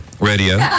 Radio